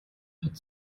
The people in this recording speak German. hat